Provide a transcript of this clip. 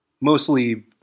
mostly